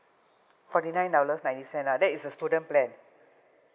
forty nine dollars ninety cent ah that is a student plan